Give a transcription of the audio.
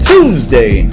Tuesday